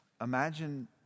Imagine